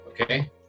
Okay